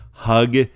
Hug